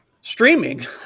streaming